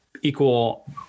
equal